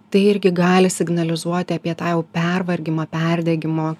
tai irgi gali signalizuoti apie tą jau pervargimą perdegimo